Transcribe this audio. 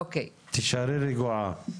תישארי רגועה.